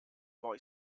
boy